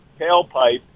tailpipe